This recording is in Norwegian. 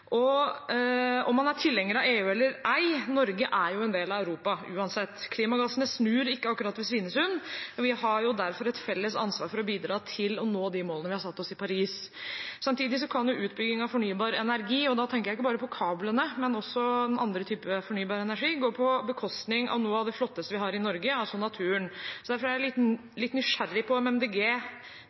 Om man er tilhenger av EU eller ei: Norge er uansett en del av Europa. Klimagassene snur ikke akkurat ved Svinesund. Vi har derfor et felles ansvar for å bidra til å nå de målene vi har satt oss i Paris. Samtidig kan utbygging av fornybar energi – da tenker jeg ikke bare på kablene, men også på andre typer fornybar energi – gå på bekostning av noe av det flotteste vi har i Norge: naturen. Derfor er jeg litt nysgjerrig på om